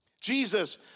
Jesus